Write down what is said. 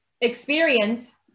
experience